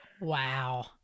Wow